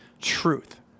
Truth